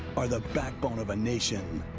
are the backbone of a nation.